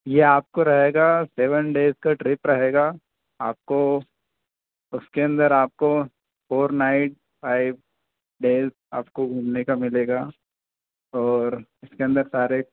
ये आपको रहेगा सेवन डेज़ का ट्रिप रहेगा आपको उसके अंदर आपको फ़ोर नाइट फ़ाइव डेज़ आपको घूमने का मिलेगा और इसके अंदर सारे